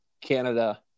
Canada